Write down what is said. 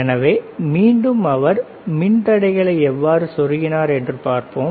எனவே மீண்டும் அவர் மின்தடைகளை எவ்வாறு செருகினார் என்று பார்ப்போம்